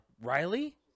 Riley